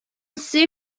سیر